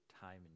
time